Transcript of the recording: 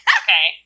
okay